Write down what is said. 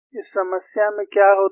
इस समस्या में क्या होता है